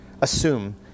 assume